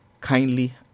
Kindly